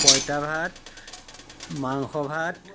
পঁইতা ভাত মাংস ভাত